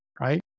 right